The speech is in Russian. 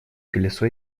колесо